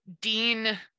Dean